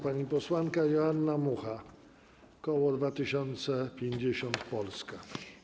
Pani posłanka Joanna Mucha, koło 2050 Polska.